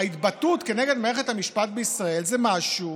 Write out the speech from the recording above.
ההתבטאות כנגד מערכת המשפט בישראל זה משהו